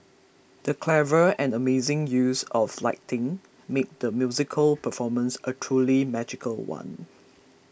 the clever and amazing use of lighting made the musical performance a truly magical one